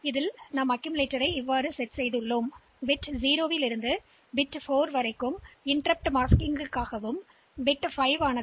இந்த பிட் 0 முதல் பிட் 4 வரை இந்த அக்கீம்லெட்டர் அமைப்பை நாங்கள் பெற்றுள்ளோம்